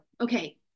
okay